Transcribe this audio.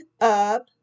up